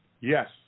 Yes